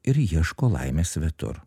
ir ieško laimės svetur